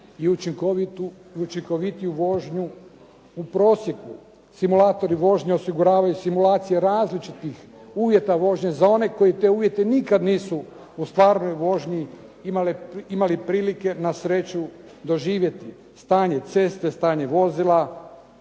i učinkovitiju vožnju u prosjeku. Simulatori vožnje osiguravaju simulacije različitih uvjeta vožnje za one koji te uvjete nisu u stvarnoj vožnji imali prilike na sreću doživjeti. Stanje ceste, stanje vozila,